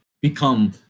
become